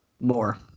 more